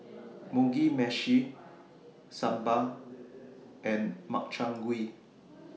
Mugi Meshi Sambar and Makchang Gui